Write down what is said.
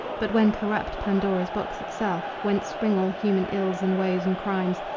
but when corrupt, pandora's box itself, whence spring all human ills and woes and crimes,